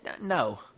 No